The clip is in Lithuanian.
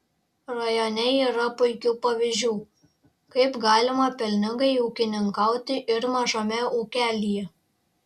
rajone yra puikių pavyzdžių kaip galima pelningai ūkininkauti ir mažame ūkelyje